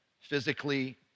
physically